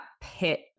pit